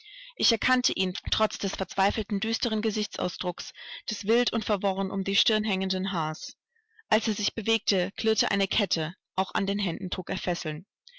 ich erkannte ihn trotz des verzweifelten düsteren gesichtsausdrucks des wild und verworren um die stirn hängenden haars als er sich bewegte klirrte eine kette auch an den händen trug er fesseln